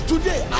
Today